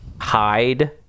hide